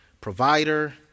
provider